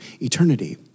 eternity